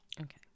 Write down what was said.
Okay